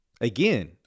Again